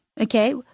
okay